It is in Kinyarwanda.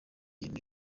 n’uwo